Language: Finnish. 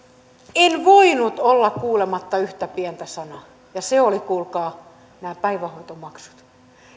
en voinut olla kuulematta yhtä pientä sanaa ja se oli kuulkaa nämä päivähoitomaksut